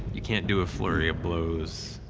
you can't do a flurry of blows.